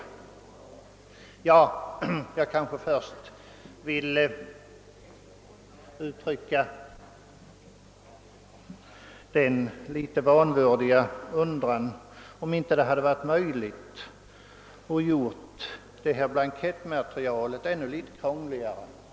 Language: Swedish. Får jag kanske, innan jag tar upp den frågan, framföra en litet vanvördig undran: Hade det inte varit möjligt att göra de blanketter som kommunerna har att fylla i ännu litet krångligare?